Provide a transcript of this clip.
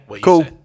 Cool